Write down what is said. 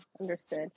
Understood